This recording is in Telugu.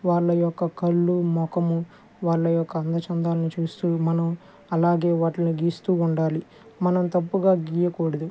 వాళ్ళ యొక్క కళ్ళు మొఖము వాళ్ళ యొక్క అందచందాలని చూస్తూ మనం అలాగే వాటిని గీస్తూ ఉండాలి మనం తప్పుగా గీయకూడదు